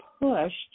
pushed